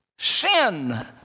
Sin